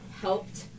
helped